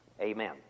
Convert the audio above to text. amen